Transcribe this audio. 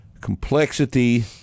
complexity